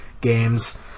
games